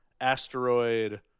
asteroid